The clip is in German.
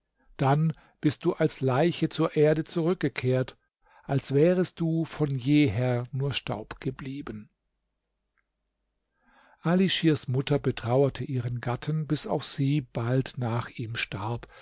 dann bist du als leiche zur erde zurückgekehrt als wärest du von jeher nur staub geblieben ali schirs mutter betrauerte ihren gatten bis auch sie bald nach ihm starb